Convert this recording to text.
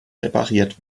repariert